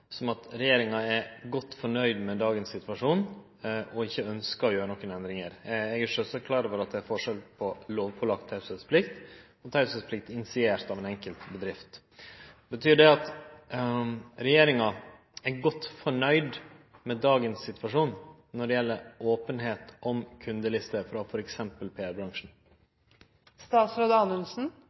er sjølvsagt klar over at det er forskjell på lovpålagd teieplikt og teieplikt initiert av den enkelte bedrift. Men mitt oppfølgingsspørsmål er følgjande: Betyr dette at regjeringa er godt fornøgd med dagens situasjon når det gjeld openheit om kundelister frå